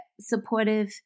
supportive